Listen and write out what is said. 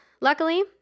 Luckily